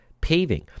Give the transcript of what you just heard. Paving